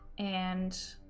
and